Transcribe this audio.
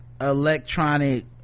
electronic